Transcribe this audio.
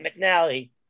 McNally